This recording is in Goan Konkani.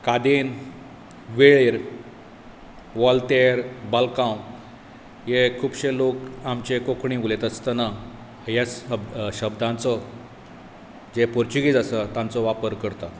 कादेन वेळेर वॉलतेर बलकांव हे खूबशे आमचे लोक कोंकणी उलयता आसताना ह्या सब शब्दांचो जे पुरचुगीस आसा तेंचो वापर करता